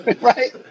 right